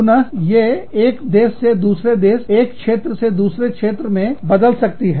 पुन ये एक देश से दूसरे देश एक क्षेत्र से दूसरे क्षेत्र में बदल सकती है